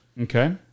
Okay